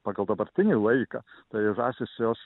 pagal dabartinį laiką tai žąsys jos